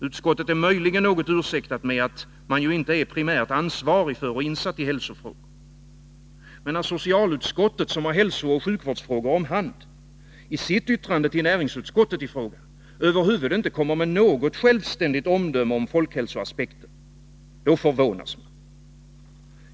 Utskottet är möjligen något ursäktat med att man ju inte primärt är ansvarig för och insatt i hälsofrågor. Men när socialutskottet, som har hälsooch sjukvårdsfrågor om hand, i sitt yttrande till näringsutskottet över huvud taget inte kommer med något självständigt omdöme om folkhälsoaspekten, då förvånas man.